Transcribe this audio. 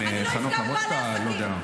אני לא אפגע בבעלי עסקים.